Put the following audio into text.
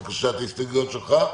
בבקשה, ההסתייגויות שלך.